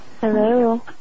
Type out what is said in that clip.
Hello